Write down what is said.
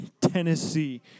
Tennessee